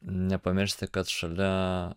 nepamiršti kad šalia